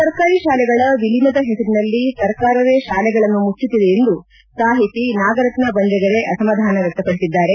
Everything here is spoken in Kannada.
ಸರ್ಕಾರಿ ಶಾಲೆಗಳ ವಿಲೀನದ ಹೆಸರಿನಲ್ಲಿ ಸರ್ಕಾರವೇ ಶಾಲೆಗಳನ್ನು ಮುಚ್ಚುತ್ತಿದೆ ಎಂದು ಸಾಹಿತಿ ನಾಗರತ್ನ ಬಂಜಗೆರೆ ಅಸಮಾಧಾನ ವ್ಯಕ್ತಪಡಿಸಿದ್ದಾರೆ